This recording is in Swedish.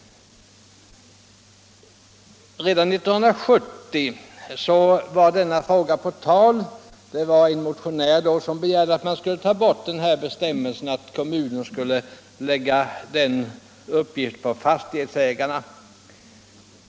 Redan 1970 var denna fråga uppe till behandling. En motionär begärde då att bestämmelsen om att kommuner skulle få lägga denna renhållningsuppgift på fastighetsägare skulle tas bort.